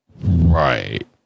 Right